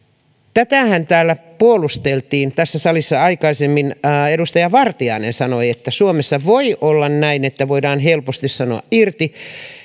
tätähän puolusteltiin tässä salissa aikaisemmin edustaja vartiainen sanoi että suomessa voi olla näin että voidaan helposti sanoa irti